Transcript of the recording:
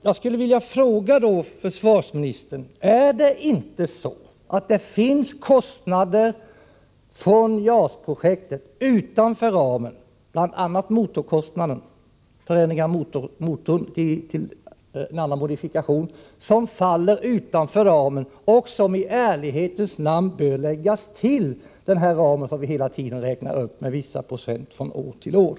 Jag skulle då vilja fråga försvarsministern: Är det inte så att det finns kostnader för JAS-projektet utanför ramen — bl.a. för motormodifikationen — som i ärlighetens namn bör läggas till den ram som vi hela tiden räknar upp med vissa procent från år till år?